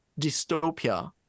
dystopia